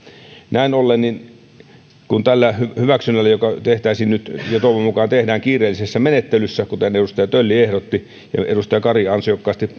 näin ollen tämän hyväksynnän osalta joka nyt tehtäisiin ja toivon mukaan tehdään kiireellisessä menettelyssä kuten edustaja tölli ehdotti ja edustaja kari ansiokkaasti